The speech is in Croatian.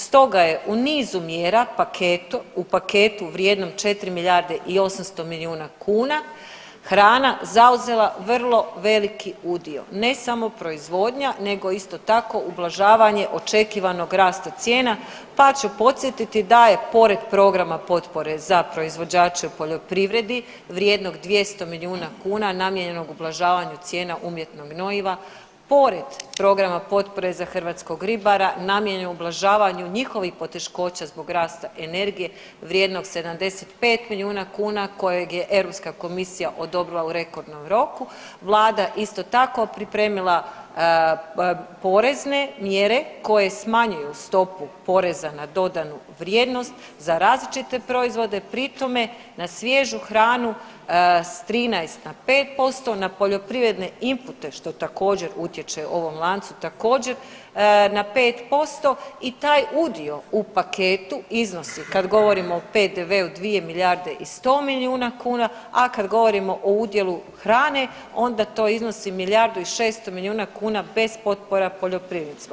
Stoga je u nizu mjera u paketu vrijednom 4 milijarde i 800 milijuna kuna hrana zauzela vrlo veliki udio, ne samo proizvodnja nego isto tako ublažavanje očekivanog rasta cijena, pa ću podsjetiti da je pored programa potpore za proizvođače u poljoprivredi vrijednog 200 milijuna kuna namijenjenog ublažavanju cijena umjetnog gnojiva pored programa potpore za hrvatskog ribara namijenjen ublažavanju njihovih poteškoća zbog rasta energije vrijednog 75 milijuna kuna kojeg je Europska komisija odobrila u rekordnom roku, vlada isto tako pripremila porezne mjere koje smanjuju stopu PDV-a za različite proizvode pri tome na svježu hranu s 13 na 5%, na poljoprivredne inpute što također utječe ovom lancu također na 5% i taj udio u paketu iznosi kad govorimo o PDV-u dvije milijarde i 100 milijuna kuna, a kad govorimo o udjelu hrane onda to iznosi milijardu i 600 milijuna kuna bez potpora poljoprivrednicima.